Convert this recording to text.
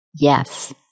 Yes